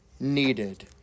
needed